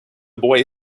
boy